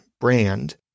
brand